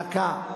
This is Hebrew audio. דקה.